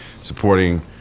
supporting